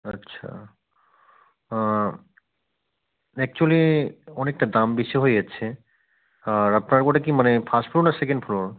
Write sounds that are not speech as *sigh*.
আচ্ছা *unintelligible* অ্যাকচুয়েলি অনেকটা দাম বেশি হয়ে যাচ্ছে আর আপনার ওটা কি মানে ফার্স্ট ফ্লোর না সেকেন্ড ফ্লোর